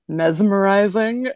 mesmerizing